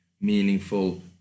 meaningful